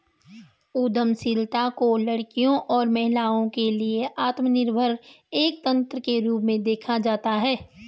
उद्यमशीलता को लड़कियों और महिलाओं के लिए आत्मनिर्भरता एक तंत्र के रूप में देखा जाता है